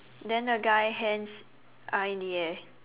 then the guy hands are in the air